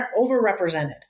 overrepresented